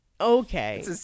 Okay